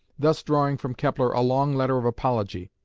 thus drawing from kepler a long letter of apology.